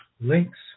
links